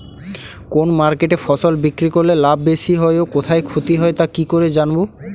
কোন মার্কেটে ফসল বিক্রি করলে লাভ বেশি হয় ও কোথায় ক্ষতি হয় তা কি করে জানবো?